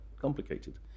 complicated